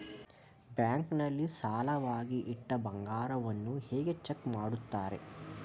Bank ನಲ್ಲಿ ಸಾಲವಾಗಿ ಇಟ್ಟ ಬಂಗಾರವನ್ನು ಹೇಗೆ ಚೆಕ್ ಮಾಡುತ್ತಾರೆ?